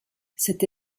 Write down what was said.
cette